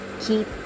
keep